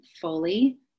fully